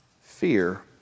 fear